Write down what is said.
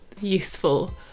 useful